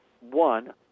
one